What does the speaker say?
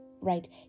right